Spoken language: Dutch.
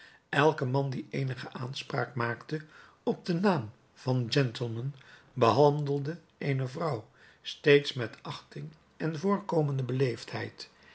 elke man die eenige aanspraak maakte op den naam van gentleman behandelde eene vrouw steeds met achting en voorkomende